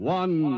one